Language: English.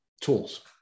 tools